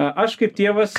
aš kaip tėvas